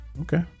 Okay